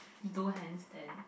do hands and